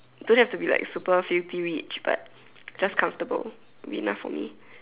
don't have to be like super filthy rich but just comfortable would be enough for me